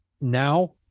now